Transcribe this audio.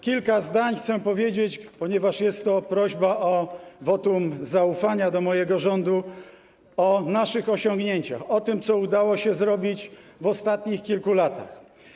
Kilka zdań chcę powiedzieć, ponieważ jest to prośba o wotum zaufania do mojego rządu, o naszych osiągnięciach, o tym, co udało się zrobić w ostatnich kilku latach.